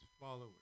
followers